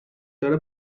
داره